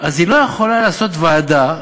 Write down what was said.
אז היא לא יכולה לעשות ועדה,